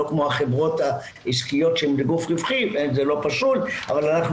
לא כמו החברות העסקיות שהן גוף רווחי זה לא פסול אבל אנחנו